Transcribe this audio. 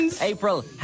April